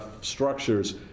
structures